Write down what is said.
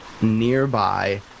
nearby